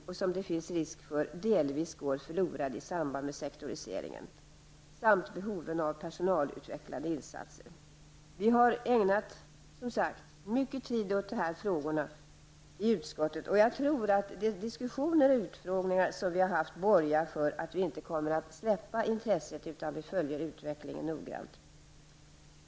Det finns annars en risk för att denna möjlighet delvis går förlorad i samband med sektoriseringen. Vi har dessutom tagit upp behoven av personalutvecklande insatser. Vi har som sagt ägnat mycket tid åt de här frågorna i utskottet. Jag tror att de diskussioner och utfrågningar som vi har haft borgar för att vi inte kommer att släppa intresset utan vi kommer att följa utvecklingen noggrant.